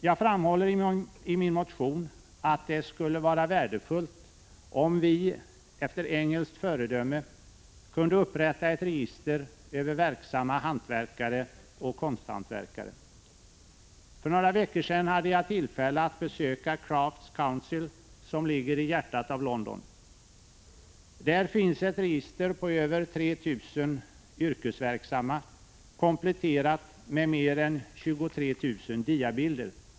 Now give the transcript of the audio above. Jag framhåller i min motion att det skulle vara värdefullt, om vi — efter engelskt föredöme — kunde upprätta ett register över verksamma hantverkare och konsthantverkare. För några veckor sedan hade jag tillfälle att besöka Crafts Council, som ligger i hjärtat av London. Där finns ett register på över 3 000 yrkesverksamma, kompletterat med mer än 23 000 diabilder.